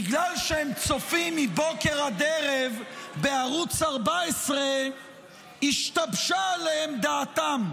בגלל שהם צופים מבוקר עד ערב בערוץ 14 השתבשה עליהם דעתם,